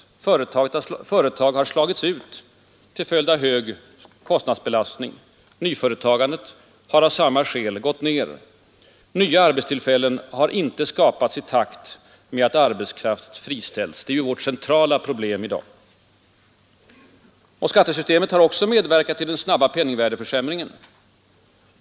Företag har slagits ut till följd av hög kostnadsbelastning. Nyföretagandet har av samma skäl gått ner. Nya arbetstillfällen har inte skapats i takt med att arbetskraft friställts. Det är vårt centrala problem i dag. Skattesystemet har också medverkat till den snabba penningvärdeförsämringen.